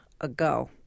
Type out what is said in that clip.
ago